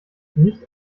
nicht